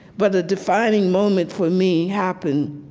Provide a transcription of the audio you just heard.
but a defining moment for me happened